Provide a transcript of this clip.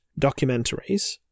documentaries